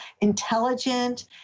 intelligent